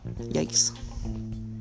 yikes